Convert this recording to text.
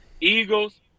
Eagles